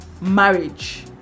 marriage